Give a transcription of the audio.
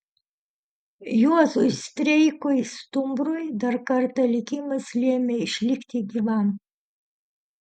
juozui streikui stumbrui dar kartą likimas lėmė išlikti gyvam